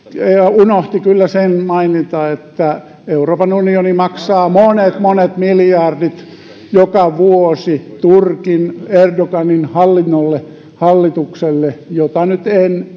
unohti kyllä sen mainita että euroopan unioni maksaa monet monet miljardit joka vuosi turkin erdoganin hallinnolle hallitukselle jota nyt en